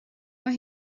mae